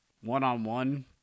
one-on-one –